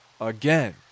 again